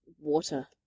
water